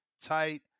tight